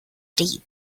deep